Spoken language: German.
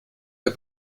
der